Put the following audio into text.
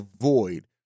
avoid